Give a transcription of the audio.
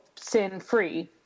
sin-free